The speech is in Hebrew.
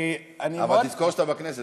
אבל תזכור שאתה בכנסת,